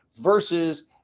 versus